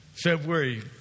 February